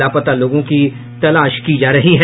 लापता लोगों की तलाश की जा रही है